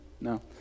No